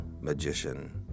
magician